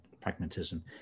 pragmatism